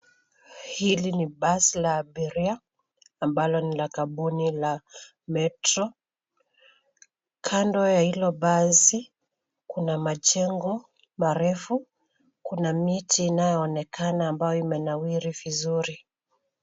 Hili ni basi la abiria ambalo ni la kampuni la metro . Kando ya hilo basi kuna majengo marefu. Kuna miti inayoonekana ambayo imenawiri vizuri.